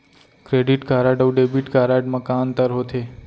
Credit card अऊ debit card मा का अंतर होथे?